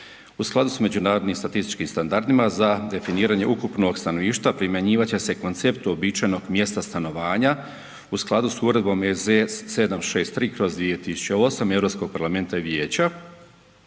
U skladu s međunarodnim statističkim standardima za definiranje ukupnog stanovništva, primjenjivat će se koncept uobičajenog mjesta stanovanja u skladu s Uredbom EZ 763/2008 EU parlamenta i vijeća